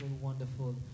wonderful